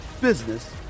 business